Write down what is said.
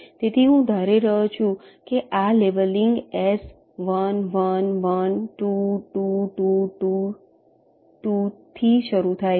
તેથી હું ધારી રહ્યો છું કે આ લેબલીંગ S 1 1 1 2 2 2 2 થી શરૂ થાય છે